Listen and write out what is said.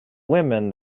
women